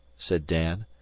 said dan.